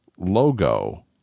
logo